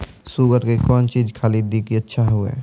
Sugar के कौन चीज खाली दी कि अच्छा हुए?